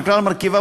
על כלל מרכיביו,